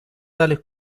tales